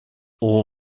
all